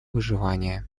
выживания